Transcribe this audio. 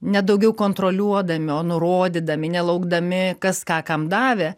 ne daugiau kontroliuodami o nurodydami nelaukdami kas ką kam davė